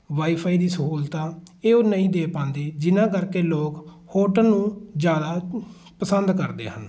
wifi ਦੀ ਸਹੂਲਤਾਂ ਇਹ ਉਹ ਨਹੀਂ ਦੇ ਪਾਉਂਦੇ ਜਿਨ੍ਹਾਂ ਕਰਕੇ ਲੋਕ ਹੋਟਲ ਨੂੰ ਜ਼ਿਆਦਾ ਪਸੰਦ ਕਰਦੇ ਹਨ